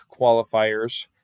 qualifiers